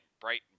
bright